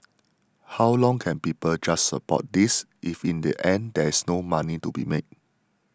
how long can people just support this if in the end there is no money to be made